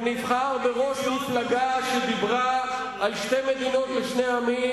שנבחר בראש מפלגה שדיברה על שתי מדינות לשני עמים,